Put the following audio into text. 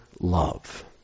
love